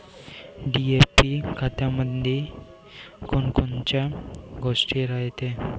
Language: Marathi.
डी.ए.पी खतामंदी कोनकोनच्या गोष्टी रायते?